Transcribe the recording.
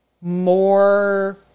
more